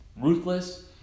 ruthless